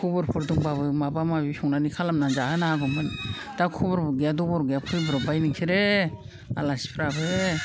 खबरफोर दंब्लाबो माबा माबि संना खालामनानै जाहोनो हागौमोन दा खबरबो गैया दबर गैया फैब्रबाय नोंसोरो आलासिफ्राबो